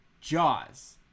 Jaws